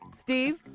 Steve